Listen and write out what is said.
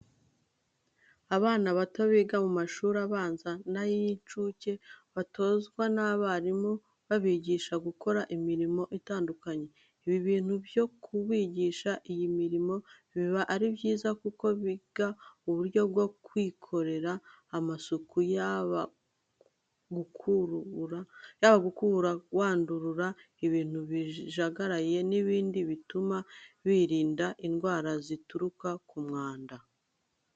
Abana bato biga mu mashuri abanza n'ayi'incuke batozwa n'abarimu babigisha gukora imirimo itandukanye. Ibi bintu byo kubigisha iyi mirimo biba ari byiza kuko biga uburyo bwo kwikorera amasuku yaba gukubura, kwandurura ibintu bijagaraye n'ibindi bituma birinda indwara zituruka ku mwanda.